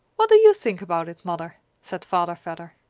what do you think about it, mother? said father vedder.